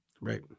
Right